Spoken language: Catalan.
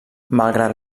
malgrat